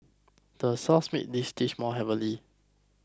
the sauce makes this dish more heavenly